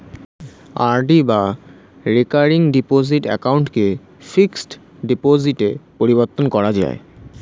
RD বা recurring deposit অ্যাকাউন্টকে fixed ডিপোজিটে পরিবর্তন করা যায়